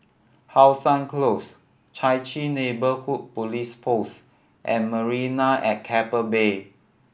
How Sun Close Chai Chee Neighbourhood Police Post and Marina at Keppel Bay